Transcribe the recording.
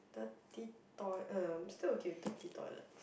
dirty toi~ uh I'm still okay with dirty toilets